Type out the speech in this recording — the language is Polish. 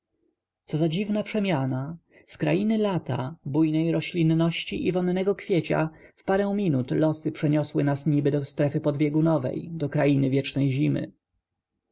za dziwna przemiana z krainy lata bujnej roślinności i wonnego kwiecia w parę minut losy przeniosły nas niby do strefy podbiegunowej do krainy wiecznej zimy